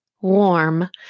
warm